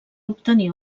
obtenir